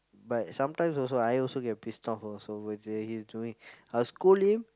but sometimes also I also get pissed off also with uh his doing I'll scold him